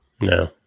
No